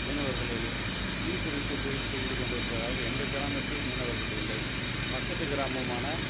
மீனவர்களில் மீன் பிடித்து தொழில் செய்து கொண்டு இருக்கிறார்கள் எங்கள் கிராமத்தில் மீனவர்கள் இல்லை பக்கத்து கிராமமான